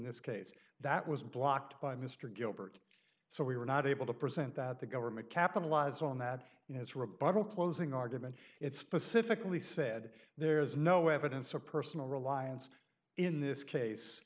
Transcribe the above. this case that was blocked by mr gilbert so we were not able to present that the government capitalized on that in his rebuttal closing argument it specifically said there is no evidence of personal reliance in this case